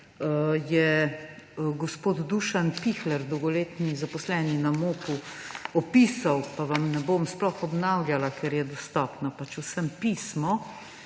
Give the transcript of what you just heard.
je gospod Dušan Pichler, dolgoletni zaposleni na MOP, opisal, pa vam ne bom sploh obnavljala, ker je pismo dostopno vsem,